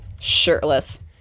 shirtless